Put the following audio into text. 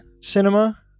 cinema